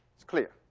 it's clear.